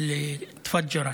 מהבתים שהופצצו.